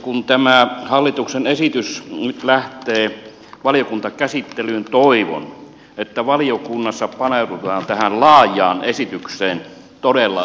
kun tämä hallituksen esitys nyt lähtee valiokuntakäsittelyyn toivon että valiokunnassa paneudutaan tähän laajaan esitykseen todella perusteellisesti